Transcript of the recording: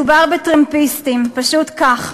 מדובר ב"טרמפיסטים", פשוט כך.